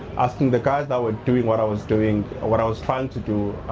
asking the guys that were doing what i was doing, or what i was trying to do.